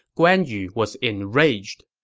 guan yu was enraged.